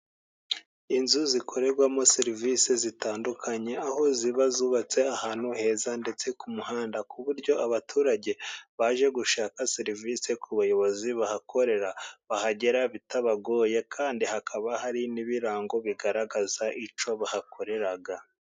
Inzu zikorerwamo serivisi zitandukanye, aho ziba zubatse ahantu heza ndetse ku muhanda, ku buryo abaturage baje gushaka serivisi ku bayobozi bahakorera, bahagera bitabagoye kandi hakaba hari n'ibirango bigaragaza icyo bahakorera.